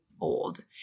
old